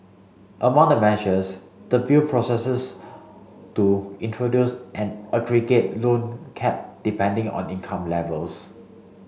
among the measures the bill proposes to introduce an aggregate loan cap depending on income levels